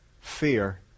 fear